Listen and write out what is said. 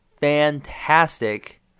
Fantastic